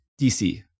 DC